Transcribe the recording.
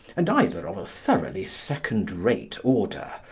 and either of a thoroughly second-rate order,